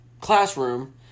classroom